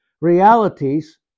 realities